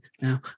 now